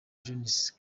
jones